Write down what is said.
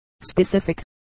specific